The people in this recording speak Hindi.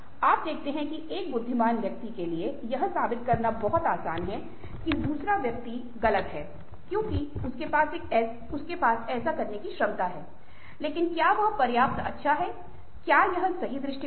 आप देखते हैं कि एक बुद्धिमान व्यक्ति के लिए यह साबित करना बहुत आसान है कि दूसरा व्यक्ति गलत है क्योंकि उसके पास ऐसा करने की क्षमता है लेकिन क्या वह पर्याप्त अच्छा है क्या यह सही दृष्टिकोण है